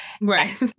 Right